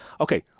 Okay